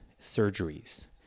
surgeries